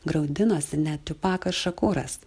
graudinosi net tiupakas šakuras